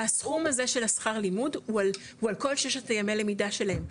הסכום הזה של שכר הלימוד הוא על כל ששת ימי הלמידה שלהם,